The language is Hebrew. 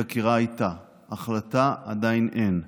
חקירה הייתה, החלטה עדיין אין.